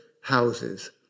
houses